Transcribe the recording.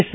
S